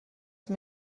درس